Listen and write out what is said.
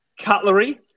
Cutlery